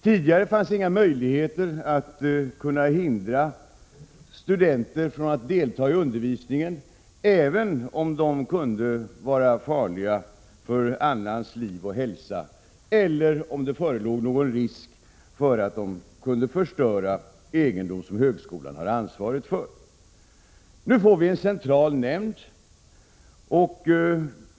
Tidigare fanns ingen möjlighet att hindra studenter från att delta i undervisningen, även om de kunde vara farliga för annans liv och hälsa eller om det förelåg risk för att de kunde förstöra egendom som högskolan har ansvaret för. Nu får vi en central nämnd.